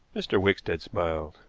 mr. wickstead smiled.